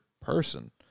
person